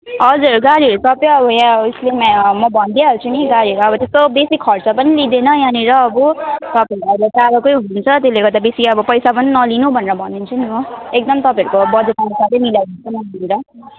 हजुर गाडीहरू त सबै अब यहाँ स्कुलमै म अब भनिदिइहाल्छु नि गाडीहरू अब त्यस्तो बेसी खर्च पनि लिँदैन यहाँनिर अब तपाईँहरू अब टाढाकै हुनुहुन्छ त्यसले गर्दा बेसी अब पैसा पनि नलिनु भनेर भनिदिन्छु नि म एकदम तपाईँहरूको बजेट अनुसारै मिलाइदिन्छु नि